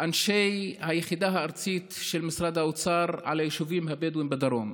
אנשי היחידה הארצית של משרד האוצר על היישובים הבדואיים בדרום,